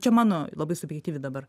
čia mano labai subjektyvi dabar